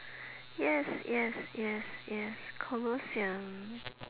yes yes yes yes colosseum